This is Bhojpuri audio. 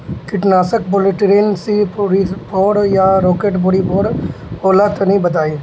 कीटनाशक पॉलीट्रिन सी फोर्टीफ़ोर या राकेट फोर्टीफोर होला तनि बताई?